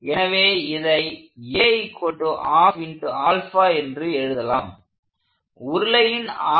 எனவே இதை என்று எழுதலாம் உருளையின் ஆரம் 0